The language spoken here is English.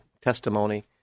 testimony